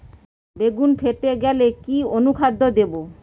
বেগুন ফেটে গেলে কি অনুখাদ্য দেবো?